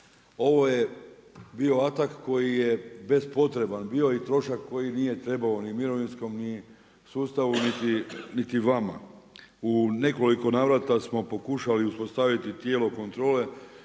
Ovo je bio atak koji je bespotreban bio i trošak koji nije trebao ni mirovinskom sustavu niti vama. U nekoliko navrata smo pokušali uspostaviti tijelo kontrole